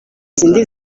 zindi